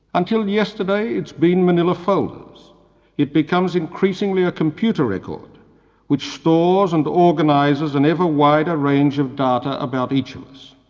until yesterday it's been manila folders it becomes increasingly a computer record which stores and organises an ever-wider range of data about each of us,